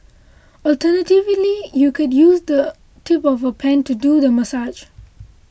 alternatively you can use the tip of a pen to do the massage